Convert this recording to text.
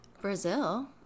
Brazil